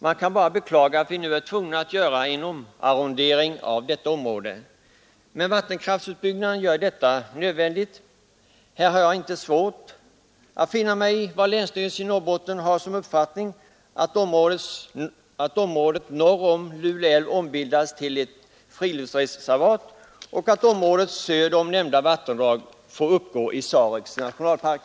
Man kan bara beklaga att vi nu är tvungna att genomföra en omarrondering av detta område, men vattenkraftsutbyggnaden gör detta nödvändigt. Här har jag inte svårt att finna mig i länsstyrelsens i Norrbotten uppfattning att området norr om Lule älv bör ombildas till ett friluftsreservat och att området söder om nämnda vattendrag får uppgå i Sareks nationalpark.